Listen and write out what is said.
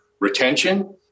retention